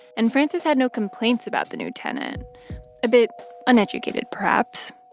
and frances had no complaints about the new tenant a bit uneducated perhaps,